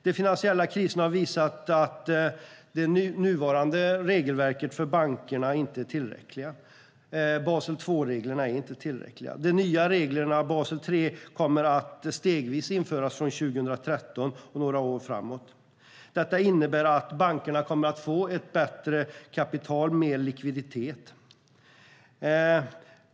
De finansiella kriserna har visat att det nuvarande regelverket för bankerna, Basel II-reglerna, inte är tillräckliga. De nya reglerna, Basel III, kommer att införas stegvis från 2013 och under några år framåt. Detta innebär att bankerna kommer att få ett bättre kapital och mer likviditet.